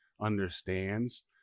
understands